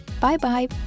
Bye-bye